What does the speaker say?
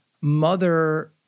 mother